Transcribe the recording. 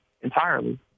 entirely